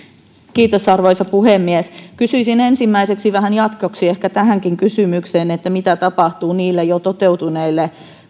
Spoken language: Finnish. arvoisa puhemies kysyisin ensimmäiseksi vähän jatkoksi ehkä tähänkin kysymykseen mitä tapahtuu niille jo toteutuneille